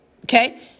Okay